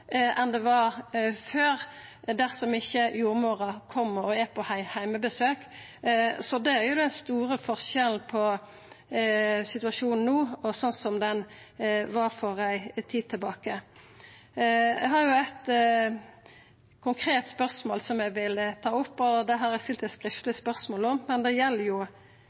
enn det var før, dersom jordmora ikkje kjem på heimebesøk. Det er jo den store forskjellen på situasjonen no og sånn han var for ei tid tilbake. Eg har eit konkret spørsmål som eg vil ta opp. Det har eg stilt eit skriftleg spørsmål om, og det gjeld